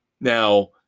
Now